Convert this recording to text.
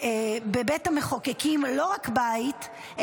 בבית המחוקקים לא רק בית,